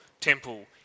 temple